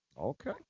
Okay